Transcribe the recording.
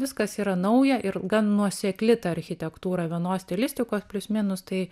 viskas yra nauja ir gan nuosekli ta architektūra vienos stilistikos plius minus tai